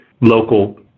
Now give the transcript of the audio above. local